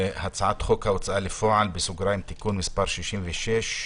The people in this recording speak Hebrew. על סדר-היום: הצעת חוק ההוצאה לפועל (תיקון מס' 66)